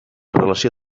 relació